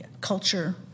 culture